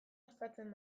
ospatzen